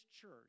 church